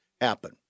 happen